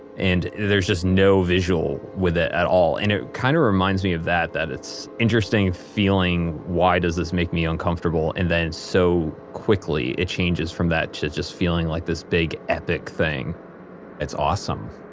and there's just no visual with it at all. and it kind of reminds me of that. that it's interesting feeling, why does this make me uncomfortable and then so quickly it changes from that to just feeling like this big, epic thing it's awesome.